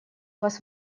вас